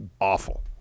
Awful